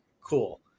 Cool